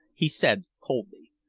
he said coldly.